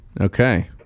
Okay